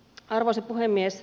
arvoisa puhemies